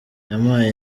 yampaye